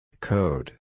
Code